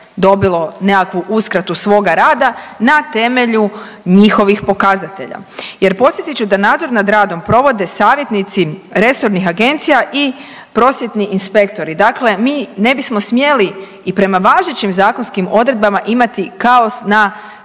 dobilo nekakvu uskratu svoga rata na temelju njihovih pokazatelja. Jer podsjetit ću da nadzor nad radom provode savjetnici resornih agencija i prosvjetni inspektori. Dakle, mi ne bismo smjeli i prema važećim zakonskim odredbama imati kao na